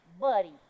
Buddy